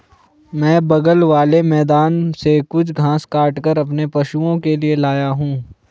मैं बगल वाले मैदान से कुछ घास काटकर अपने पशुओं के लिए लाया हूं